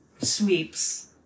sweeps